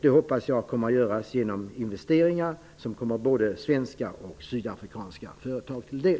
Det hoppas jag kommer att göras genom investeringar som kommer både svenska och sydafrikanska företag till del.